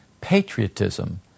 patriotism